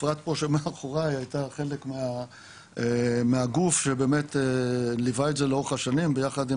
אפרת הייתה חלק מהגוף שבאמת ליווה את זה לאורך השנים ביחד עם